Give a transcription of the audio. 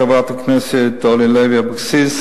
חברת הכנסת אורלי לוי אבקסיס,